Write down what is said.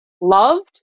loved